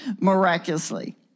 miraculously